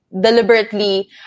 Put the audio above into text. deliberately